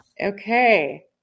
Okay